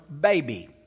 baby